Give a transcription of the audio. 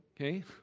okay